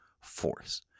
force